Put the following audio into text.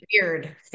weird